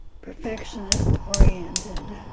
perfectionist oriented.